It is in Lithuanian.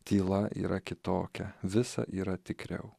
tyla yra kitokia visa yra tikriau